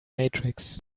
matrix